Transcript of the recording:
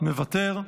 אינו נוכח,